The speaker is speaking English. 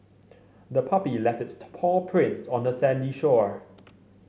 the puppy left its paw prints on the sandy shore